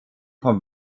vom